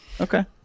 Okay